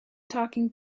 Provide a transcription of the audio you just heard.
talking